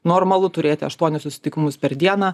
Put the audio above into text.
normalu turėti aštuonis susitikimus per dieną